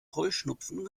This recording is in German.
heuschnupfen